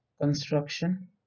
construction